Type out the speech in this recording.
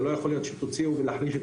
זה לא יכול להיות שתוציאו ולהחליש את